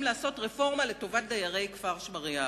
לעשות רפורמה לטובת דיירי כפר-שמריהו,